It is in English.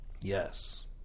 Yes